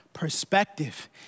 perspective